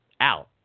Out